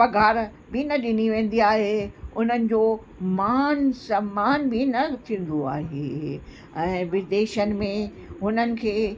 पघार बि न ॾिनी वेंदी आहे उन्हनि जो मान सम्मान बि न थींदो आहे ऐं विदेशनि में हुननि खे